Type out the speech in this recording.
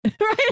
Right